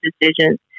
decisions